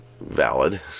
valid